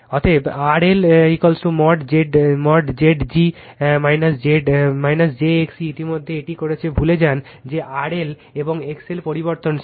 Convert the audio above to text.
অতএব RLmod Zg j XC ইতিমধ্যেই এটি করেছে ভুলে যান যে RL এবং XL পরিবর্তনশীল